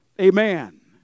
Amen